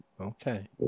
Okay